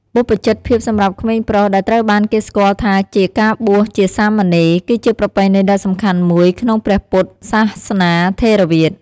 បព្វជិតភាពសម្រាប់ក្មេងប្រុស ដែលត្រូវបានគេស្គាល់ថាជាការបួសជាសាមណេរ គឺជាប្រពៃណីដ៏សំខាន់មួយក្នុងព្រះពុទ្ធសាសនាថេរវាទ។